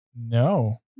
no